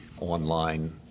online